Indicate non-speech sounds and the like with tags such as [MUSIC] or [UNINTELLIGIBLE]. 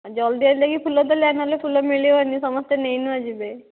ଜଲ୍ଦି [UNINTELLIGIBLE] ଫୁଲ ତୋଳିବା ନହେଲେ ଫୁଲ ମିଳିବନି ସମସ୍ତେ ନେଇ ନୁଆ ଯିବେ